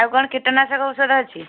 ଆଉ କ'ଣ କୀଟନାଶକ ଔଷଧ ଅଛି